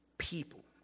people